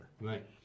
Right